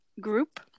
Group